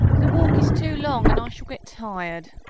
the walk is too long, and i shall get tired!